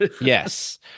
Yes